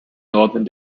northern